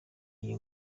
iyi